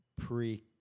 pre